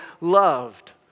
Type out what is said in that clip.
loved